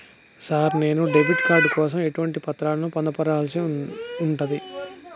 Sir నేను debit card కోసం ఎటువంటి పత్రాలను పొందుపర్చాల్సి ఉంటది?